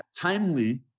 timely